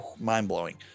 mind-blowing